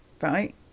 right